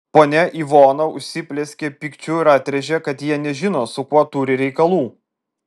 ponia ivona užsiplieskė pykčiu ir atrėžė kad jie nežino su kuo turi reikalų